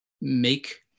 make